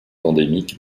endémique